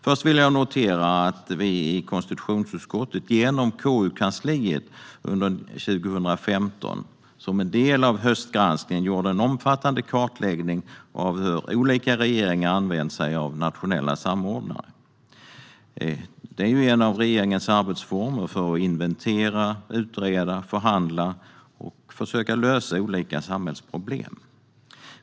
Först vill jag peka på att vi i konstitutionsutskottet, genom KU-kansliet, som en del av höstgranskningen under 2015 gjorde en omfattande kartläggning av hur olika regeringar har använt sig av nationella samordnare. Det är en av regeringens arbetsformer för att inventera, utreda, förhandla och försöka lösa olika samhällsproblem.